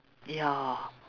ya